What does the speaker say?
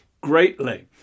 greatly